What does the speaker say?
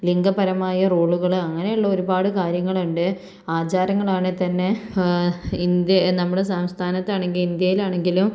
ലിംഗപരമായ റോളുകൾ അങ്ങനെയുള്ള ഒരുപാട് കാര്യങ്ങളുണ്ട് ആചാരങ്ങളാണെങ്കിൽ തന്നെ ഇന്ത്യ നമ്മുടെ സംസ്ഥാനത്താണെങ്കിൽ ഇന്ത്യയിലാണെങ്കിലും